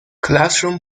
classroom